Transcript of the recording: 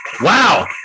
Wow